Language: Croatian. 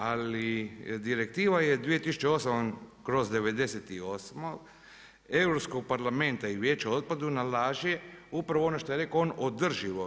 Ali Direktiva je 2008/98 Europskog parlamenta i Vijeća o otpadu nalaže upravo ono što je rekao on, ono održivo.